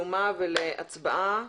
הזאת ולהצבעה,